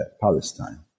Palestine